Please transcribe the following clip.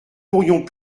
pourrions